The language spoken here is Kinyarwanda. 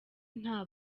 nta